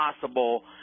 possible